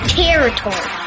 territory